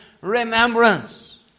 remembrance